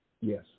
Yes